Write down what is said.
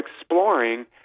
exploring